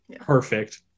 perfect